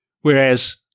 Whereas